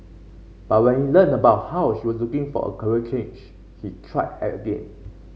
but when he learnt about how she was looking for a career change he tried again